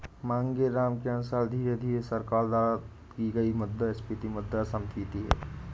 मांगेराम के अनुसार धीरे धीरे सरकार द्वारा की गई मुद्रास्फीति मुद्रा संस्फीति है